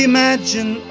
Imagine